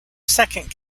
second